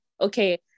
okay